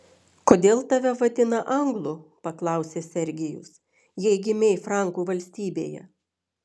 kodėl tave vadina anglu paklausė sergijus jei gimei frankų valstybėje